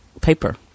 paper